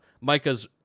Micah's